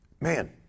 man